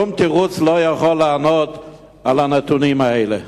שום תירוץ לא יכול לענות על הנתונים האלה.